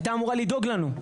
הייתה אמורה לדאוג לנו.